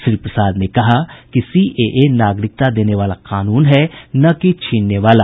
श्री प्रसाद ने कहा कि सीएए नागरिकता देने वाला कानून है न कि छीनने वाला